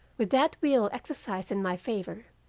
with that will exercised in my favor,